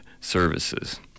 services